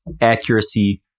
accuracy